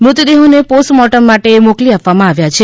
મૃતદેહોને postmortem માટે મોકલી આપવામાં આવ્યા છે